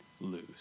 lose